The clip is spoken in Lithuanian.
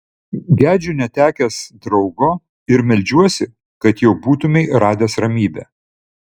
gedžiu netekęs draugo ir meldžiuosi kad jau būtumei radęs ramybę